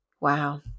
Wow